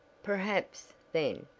perhaps, then,